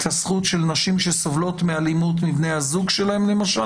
הזכות של נשים שסובלות מאלימות מבני הזוג שלהן למשל